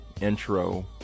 intro